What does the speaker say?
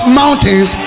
mountains